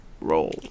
Roll